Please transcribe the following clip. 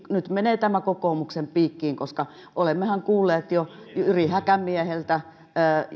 nyt menee tämä kokoomuksen piikkiin koska olemmehan kuulleet jo jyri häkämieheltä